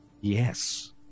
yes